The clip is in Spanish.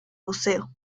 buceo